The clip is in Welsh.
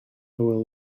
hywel